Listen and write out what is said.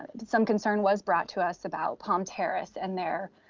but some concern was brought to us about palm terrace and their,